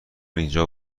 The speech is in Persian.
اینجا